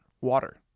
water